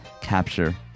capture